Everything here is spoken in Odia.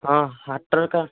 ହଁ ହାଟରେ ଏକା